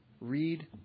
Read